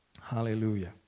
Hallelujah